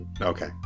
okay